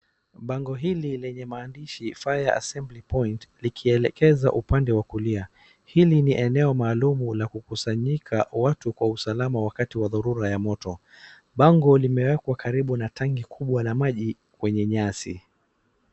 Bango hili lenye maandishi fire assembly point likielekeza upande wa kulia. Hili ni eneo maalumu la kukusanyika watu kwa usalama wakati wa dharura ya moto, bango limewekwa karibu na tangi kubwa lenye maji, kwenye nyasi.